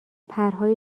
پرهای